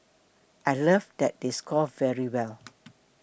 I love that they score very well